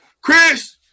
Chris